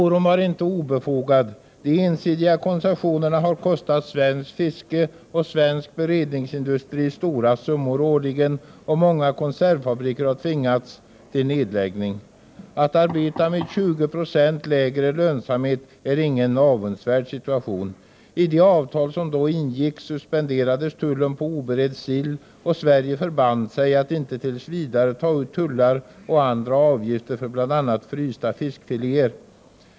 Oron var inte obefogad. De ensidiga koncessionerna har kostat svenskt fiske och svensk beredningsindustri stora summor årligen, och många konservfabriker har tvingats till nedläggning. Att arbeta med 20 92 lägre lönsamhet är ingen avundsvärd situation. I det avtal som då ingicks suspenderades tullen på oberedd sill, och Sverige förband sig att inte tills vidare ta ut tullar och andra avgifter för bl.a. frysta fiskfiléer.